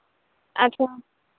ᱟᱪᱪᱷᱟ